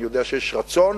אני יודע שיש רצון,